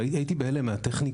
הייתי בהלם מהטכניקה.